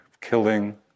killing